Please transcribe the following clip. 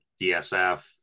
DSF